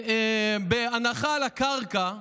כיום בהנחה על הקרקע